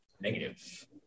Negative